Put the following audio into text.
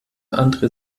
andre